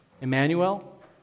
Emmanuel